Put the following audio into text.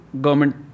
government